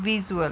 visual